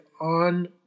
on